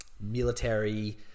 military